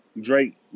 Drake